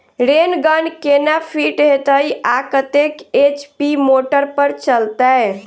Rain gun केना fit हेतइ आ कतेक एच.पी मोटर पर चलतै?